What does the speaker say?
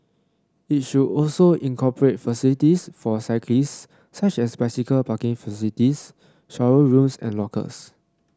it should also incorporate facilities for cyclists such as bicycle parking facilities shower rooms and lockers